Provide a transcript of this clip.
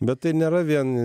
bet tai nėra vien